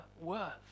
worth